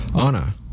Anna